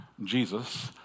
Jesus